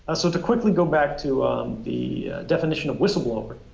ah so, to quickly go back to the definition of whistleblower